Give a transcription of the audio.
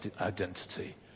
identity